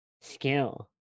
skill